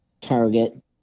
target